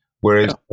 Whereas